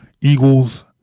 Eagles